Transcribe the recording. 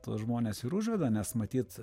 tuos žmones ir užveda nes matyt